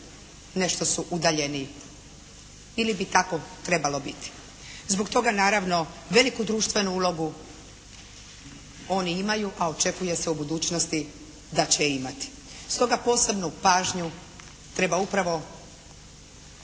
nešto su udaljeniji ili bi tako trebalo biti. Zbog toga naravno veliku društvenu ulogu oni imaju, a očekuje se u budućnosti da će imati. Stoga posebnu pažnju treba upravo